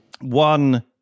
One